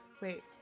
Wait